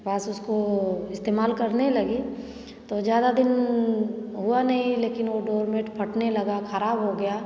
पास उसको इस्तेमाल करने लगी तो ज़्यादा दिन हुआ नहीं लेकिन वो डोरमेट फटने लगा खराब हो गया